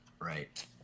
Right